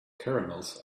caramels